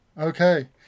Okay